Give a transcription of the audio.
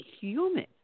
human